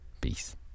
peace